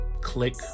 click